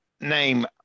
name